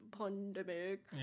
pandemic